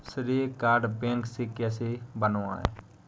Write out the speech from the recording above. श्रेय card bank से कैसे बनवाएं?